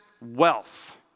wealth